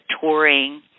touring